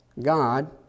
God